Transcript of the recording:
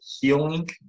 healing